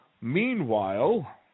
Meanwhile